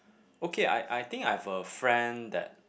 okay I I think I have a friend that